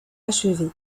achevée